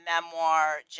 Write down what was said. memoir